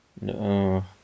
No